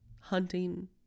hunting